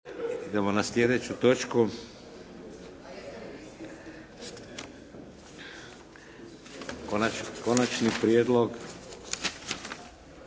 Idemo na sljedeću točku. - Konačni prijedlog